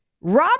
Robert